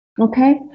Okay